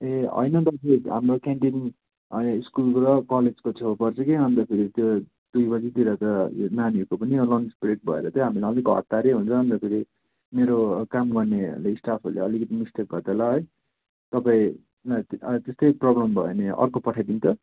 ऐ होइन तपाईँले हाम्रो क्यानटिन स्कुल र कलेजको छेउ पर्छ कि अन्तखेरि त्यो दुई बजितिर त नानीहरूको पनि लन्च ब्रेक भएर चाहिँ हामीलाई अलिक हतारै हुन्छ अन्तखेरि मेरो काम गर्ने स्टाफहरूले अलिकति मिस्टेक गरिदियो होला है तपाईँ त्यस्तै प्रबलम भयो भने अर्को पठाइदिऊँ त